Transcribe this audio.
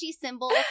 symbol